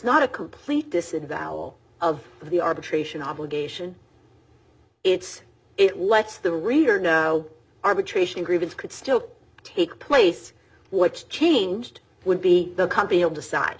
not a complete this in value of the arbitration obligation it's it lets the reader now arbitration grievance could still take place what's changed would be the company on the side